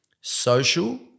social